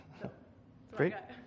Great